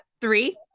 three